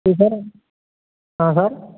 जी sir हाँ sir